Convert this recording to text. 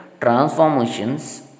transformations